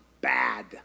bad